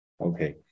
Okay